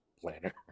planner